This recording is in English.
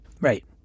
Right